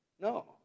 No